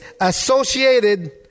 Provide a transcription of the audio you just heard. associated